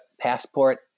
passport